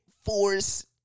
force